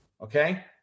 okay